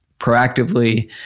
proactively